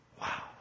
Wow